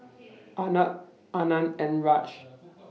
Arnab Anand and Raj